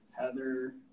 Heather